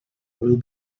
will